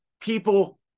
people